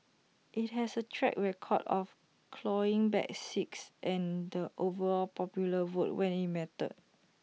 IT has A track record of clawing back six and the overall popular vote when IT mattered